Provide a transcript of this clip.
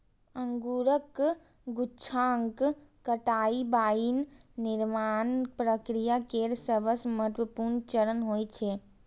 अंगूरक गुच्छाक कटाइ वाइन निर्माण प्रक्रिया केर सबसं महत्वपूर्ण चरण होइ छै